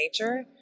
nature